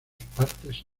partes